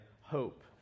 hope